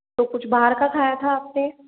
तो कुछ बाहर का खाया था आप ने